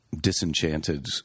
disenchanted